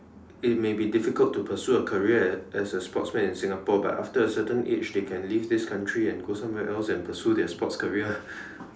it may be difficult to pursue a career as a sportsman in Singapore but after a certain age they can leave this country and go somewhere else and pursue their sports career